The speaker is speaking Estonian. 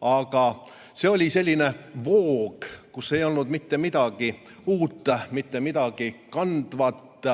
aga see oli selline voog, kus ei olnud mitte midagi uut, mitte midagi kandvat,